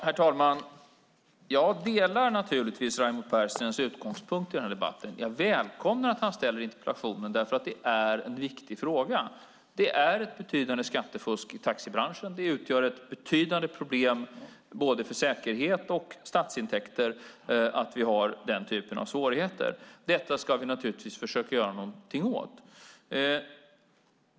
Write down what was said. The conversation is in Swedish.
Herr talman! Jag delar naturligtvis Raimo Pärssinen utgångspunkt i denna debatt. Jag välkomnar att han ställer interpellationen därför att det är en viktig fråga. Det är ett betydande skattefusk i taxibranschen. Det utgör ett betydande problem både för säkerhet och för statsintäkter att vi har denna typ av svårigheter. Detta ska vi naturligtvis försöka göra någonting åt.